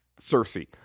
Cersei